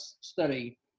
study